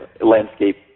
landscape